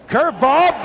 Curveball